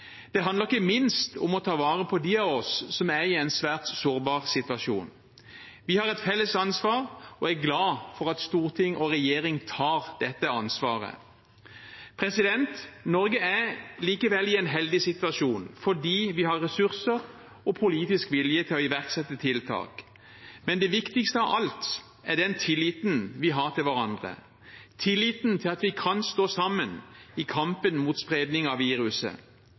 Det handler ikke minst om å ta vare på dem av oss som er i en svært sårbar situasjon. Vi har et felles ansvar, og jeg er glad for at storting og regjering tar dette ansvaret. Norge er likevel i en heldig situasjon fordi vi har ressurser og politisk vilje til å iverksette tiltak. Men det viktigste av alt er den tilliten vi har til hverandre – tilliten til at vi kan stå sammen i kampen mot spredning av viruset.